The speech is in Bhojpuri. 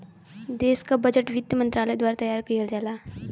देश क बजट वित्त मंत्रालय द्वारा तैयार किहल जाला